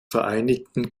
vereinigten